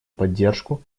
поддержку